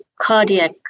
cardiac